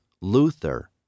Luther